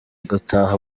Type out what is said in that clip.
gutaha